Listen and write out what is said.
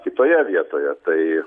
kitoje vietoje tai